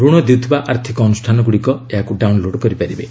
ରଣ ଦେଉଥିବା ଆର୍ଥିକ ଅନୁଷ୍ଠାନଗୁଡ଼ିକ ଏହାକୁ ଡାଉନ୍ଲୋଡ୍ କରିପାରିବେ